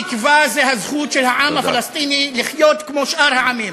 תקווה זו הזכות של העם הפלסטיני לחיות כמו שאר העמים.